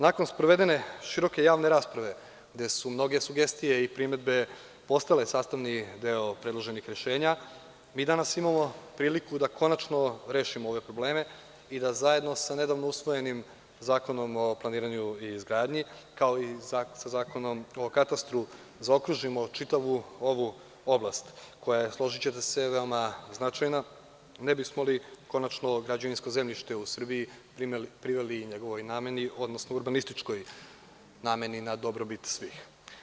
Nakon sprovedene široke javne rasprave, gde su mnoge sugestije i primedbe postale sastavni deo predloženih rešenja, mi danas imamo priliku da konačno rešimo ove probleme i da zajedno sa nedavno usvojenim Zakonom o planiranju i izgradnji, kao i sa Zakonom o katastru, zaokružimo čitavu ovu oblast koja je, složićete se, veoma značajna, ne bismo li konačno građevinsko zemljište u Srbiji priveli njegovoj nameni, odnosno urbanističkoj nameni, na dobrobit svih.